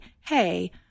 hey